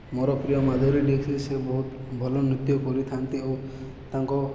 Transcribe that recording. ମୋର ପ୍ରିୟ ମାଧୁରୀ ଦିକ୍ସିତ୍ ସେ ବହୁତ ଭଲ ନୃତ୍ୟ କରିଥାନ୍ତି ଓ ତାଙ୍କ